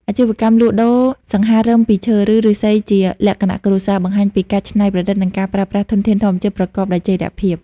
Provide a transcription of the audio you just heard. អាជីវកម្មលក់គ្រឿងសង្ហារឹមពីឈើ ឬឫស្សីជាលក្ខណៈគ្រួសារ បង្ហាញពីការច្នៃប្រឌិត និងការប្រើប្រាស់ធនធានធម្មជាតិប្រកបដោយចីរភាព។